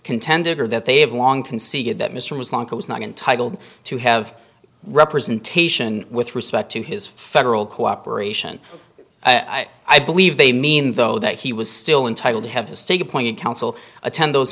contended or that they have long conceded that mr ms lanka was not intitled to have representation with respect to his federal cooperation i believe they mean though that he was still entitle to have a state appointed counsel attend those